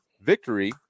victory